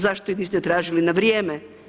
Zašto ih niste tražili na vrijeme?